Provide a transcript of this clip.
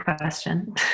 question